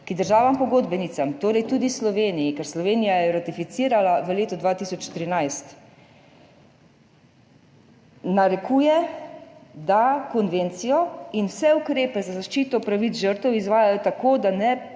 ki državam pogodbenicam, torej tudi Sloveniji, ker jo je Slovenija ratificirala leta 2013, narekuje, da konvencijo in vse ukrepe za zaščito pravic žrtev izvajajo tako, da ne